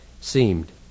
seemed